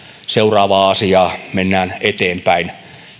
seuraavaa asiaa mennään eteenpäin